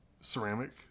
ceramic